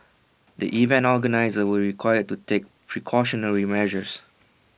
the event organisers will required to take precautionary measures